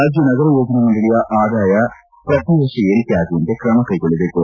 ರಾಜ್ಲ ನಗರ ಯೋಜನಾ ಮಂಡಳಿಯ ಆದಾಯ ಪ್ರತಿ ವರ್ಷ ಏರಿಕೆ ಆಗುವಂತೆ ಕ್ರಮ ಕೈಗೊಳ್ಳಬೇಕು